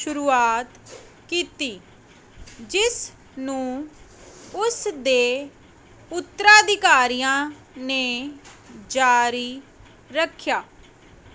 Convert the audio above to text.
ਸ਼ੁਰੂਆਤ ਕੀਤੀ ਜਿਸ ਨੂੰ ਉਸ ਦੇ ਉੱਤਰਾਧਿਕਾਰੀਆਂ ਨੇ ਜਾਰੀ ਰੱਖਿਆ